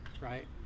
right